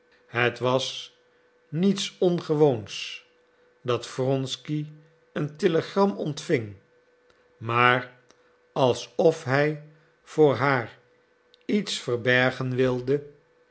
het was niets ongewoons dat wronsky een telegram ontving maar alsof hij voor haar iets verbergen wilde